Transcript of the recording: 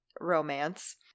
romance